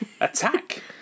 Attack